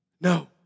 No